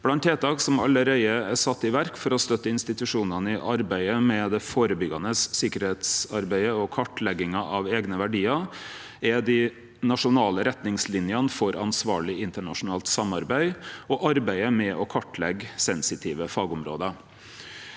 Blant tiltak som allereie er sette i verk for å støtte institusjonane i arbeidet med førebyggjande sikkerheit og kartlegging av eigne verdiar, er dei nasjonale retningslinjene for ansvarleg internasjonalt samarbeid og arbeidet med å kartleggje sensitive fagområde.